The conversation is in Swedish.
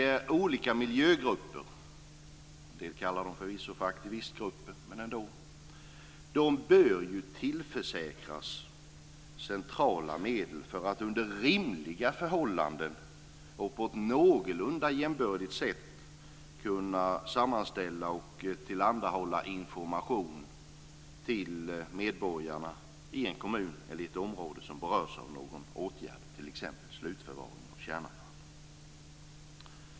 De olika miljögrupperna, en del kallar dem förvisso för aktivistgrupper, bör tillförsäkras centrala medel för att under rimliga förhållanden och på ett någorlunda jämbördigt sätt kunna sammanställa och tillhandahålla information till medborgarna i en kommun eller ett område som berörs av någon åtgärd, t.ex. slutförvaring av kärnavfall.